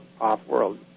off-world